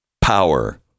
power